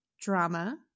drama